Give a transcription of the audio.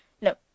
No